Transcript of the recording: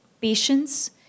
patience